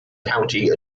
county